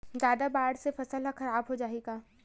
जादा बाढ़ से फसल ह खराब हो जाहि का?